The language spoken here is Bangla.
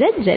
ভেক্টর